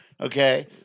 okay